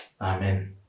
Amen